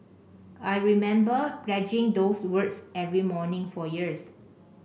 I remember pledging those words every morning for years